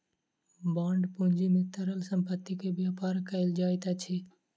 bond पूंजी में तरल संपत्ति के व्यापार कयल जाइत अछि